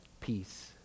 peace